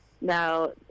Now